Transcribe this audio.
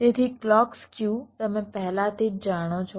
તેથી clock skew તમે પહેલાથી જ જાણો છો